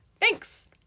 Thanks